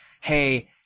hey